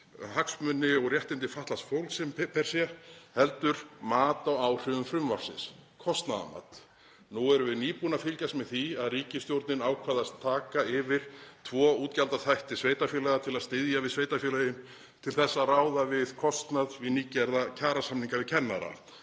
hagsmuni og réttindi fatlaðs fólks per se heldur mat á áhrifum frumvarpsins, kostnaðarmat. Nú erum við nýbúin að fylgjast með því að ríkisstjórnin ákvað að taka yfir tvo útgjaldaþætti sveitarfélaga, til að styðja við sveitarfélögin til að ráða við kostnað við nýgerða kjarasamninga við kennara,